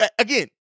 again